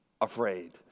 afraid